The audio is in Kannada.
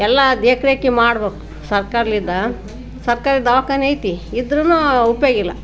ಎಲ್ಲ ದೇಕ್ ರೇಖ್ ಮಾಡಬೇಕು ಸರ್ಕಾರ್ದಿಂದ ಸರ್ಕಾರ ದವಾಖಾನೆ ಐತಿ ಇದ್ರೂ ಉಪಯೋಗಿಲ್ಲ